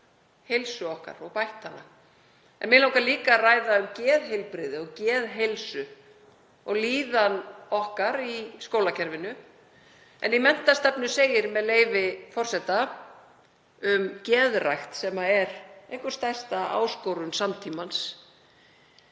heilsu okkar og bætt hana. En mig langar líka að ræða um geðheilbrigði og geðheilsu og líðan okkar í skólakerfinu. Í menntastefnu segir, með leyfi forseta, um geðrækt sem er einhver stærsta áskorun samtímans: